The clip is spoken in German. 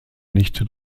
nichte